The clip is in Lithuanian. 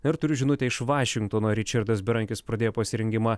ir turiu žinutę iš vašingtono ričardas berankis pradėjo pasirengimą